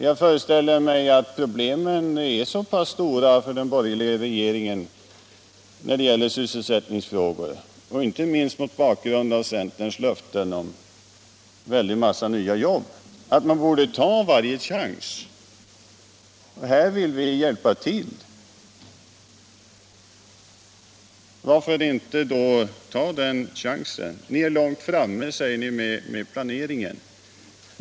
Jag föreställer mig att problemen beträffande sysselsättningsfrågorna är så stora för den borgerliga regeringen, inte minst mot bakgrund av centerns löften om en massa nya jobb, att man borde ta varje chans. Här vill vi hjälpa till. Varför då inte ta den chansen? Ni är långt framme, säger ni, med planeringen.